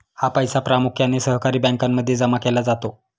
हा पैसा प्रामुख्याने सहकारी बँकांमध्ये जमा केला जातो